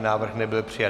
Návrh nebyl přijat.